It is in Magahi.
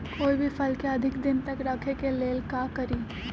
कोई भी फल के अधिक दिन तक रखे के ले ल का करी?